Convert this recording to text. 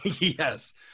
Yes